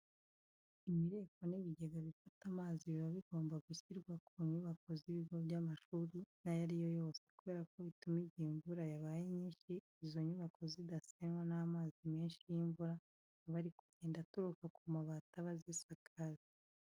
Imireko n'ibigega bifata amazi biba bigomba gushyirwa ku nyubako z'ibigo by'amashuri ayo ari yo yose kubera ko bituma igihe imvura yabaye nyinshi izo nyubako zidasenwa n'amazi menshi y'imvura aba ari kugenda aturuka ku mabati aba azisakajwe.